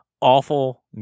awful